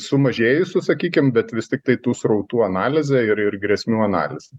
sumažėjusių sakykim bet vis tiktai tų srautų analizę ir ir grėsmių analizę